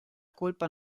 colpa